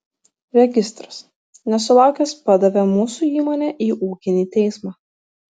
registras nesulaukęs padavė mūsų įmonę į ūkinį teismą